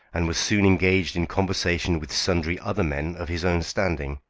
and was soon engaged in conversation with sundry other men of his own standing.